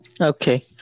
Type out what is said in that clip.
Okay